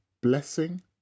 blessing